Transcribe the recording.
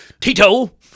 Tito